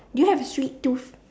do you have a sweet tooth